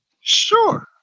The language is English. Sure